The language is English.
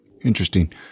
Interesting